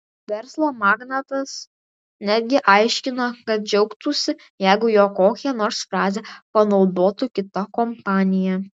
verslo magnatas netgi aiškino kad džiaugtųsi jeigu jo kokią nors frazę panaudotų kita kompanija